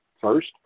First